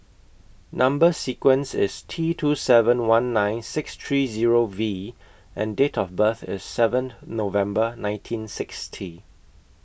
Number sequence IS T two seven one nine six three Zero V and Date of birth IS seven November nineteen sixty